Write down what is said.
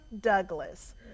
Douglas